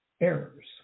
errors